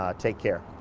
ah take care.